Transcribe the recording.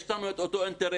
יש לנו את אותו אינטרס.